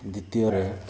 ଦ୍ୱିତୀୟରେ